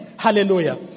hallelujah